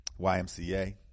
YMCA